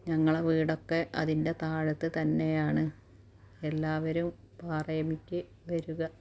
ഞങ്ങളെ വീടൊക്കെ അതിൻ്റെ താഴത്ത് തന്നെയാണ് എല്ലാവരും പാറമേൽക്ക് വരിക